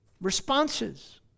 Responses